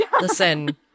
Listen